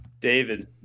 David